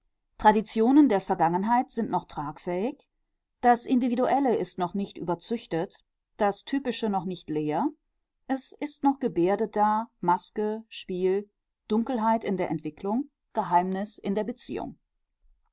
traditionen der vergangenheit sind noch tragfähig das individuelle ist noch nicht überzüchtet das typische noch nicht leer es ist noch gebärde da maske spiel dunkelheit in der entwicklung geheimnis in der beziehung